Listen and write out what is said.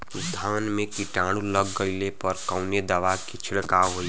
धान में कीटाणु लग गईले पर कवने दवा क छिड़काव होई?